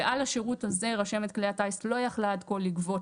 ועל השירות הזה רשמת כלי הטיס לא יכולה הייתה עד כה לגבות,